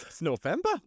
November